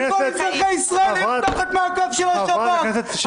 וכל אזרחי ישראל יהיו תחת מעקב של השב"כ -- חברת הכנסת שטרית ופלוסקוב.